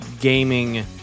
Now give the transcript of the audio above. gaming